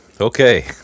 Okay